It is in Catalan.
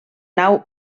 nau